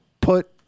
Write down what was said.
put